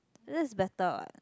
that's better [what]